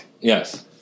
yes